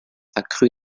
accrue